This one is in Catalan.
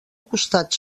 costat